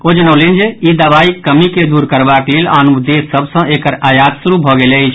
ओ जनौलनि जे ई दवाईक कमी के दूर करबाक लेल आनो देश सभ सँ एकर आयात शुरू भऽ गेल अछि